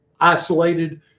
isolated